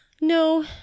No